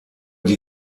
die